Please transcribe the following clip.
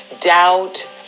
doubt